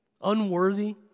unworthy